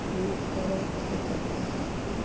ᱤᱧᱟᱹᱜ ᱠᱚᱨᱟᱣ ᱛᱟᱹᱞᱤᱠᱟ ᱯᱟᱲᱦᱟᱜ ᱢᱮ